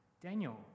Daniel